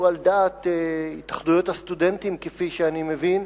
שהוא על דעת התאחדויות הסטודנטים כפי שאני מבין,